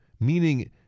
Meaning